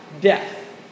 death